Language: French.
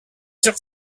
sur